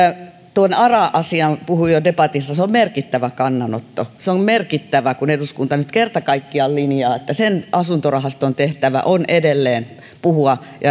tuon ara asian puhuin jo debatissa se on merkittävä kannanotto se on merkittävää kun eduskunta nyt kerta kaikkiaan linjaa että sen asuntorahaston tehtävä on edelleen puhua